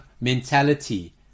mentality